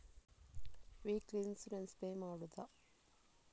Weekly insurance pay ಮಾಡುವುದ?